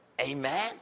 Amen